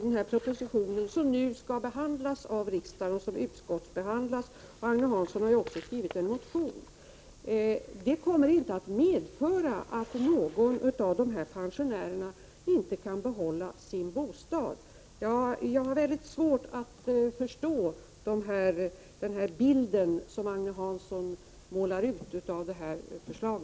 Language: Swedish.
Den proposition som nu utskottsbehandlas och skall tas upp i riksdagen — Agne Hansson har också skrivit en motion — kommer inte att medföra att någon av dessa pensionärer inte kan behålla sin bostad. Jag har svårt att förstå den bild som Agne Hansson målar upp av detta förslag.